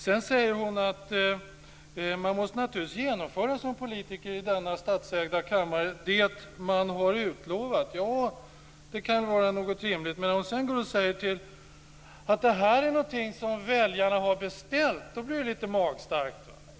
Sedan säger hon att man naturligtvis som politiker i denna statsägda kammare måste genomföra det man har utlovat. Det kan vara rimligt. Men när hon sedan säger att det här är någonting som väljarna har beställt då blir det lite magstarkt.